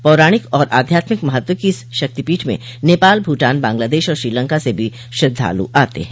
पौराणिक और अध्यात्मिक महत्व की इस शक्तिपीठ में नेपाल भूटान बांग्लादेश और श्रीलंका से भी श्रद्वालु आते हैं